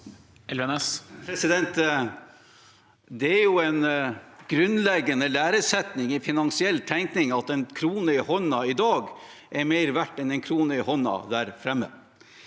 Det er en grunnleg- gende læresetning i finansiell tenkning at en krone i hånden i dag er mer verdt enn en krone i hånden der framme.